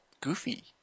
goofy